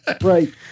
Right